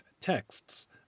texts